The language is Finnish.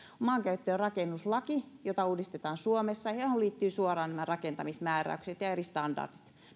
maankäyttö ja rakennuslaki jota uudistetaan suomessa ja johon liittyvät suoraan nämä rakentamismääräykset ja eri standardit